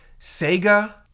Sega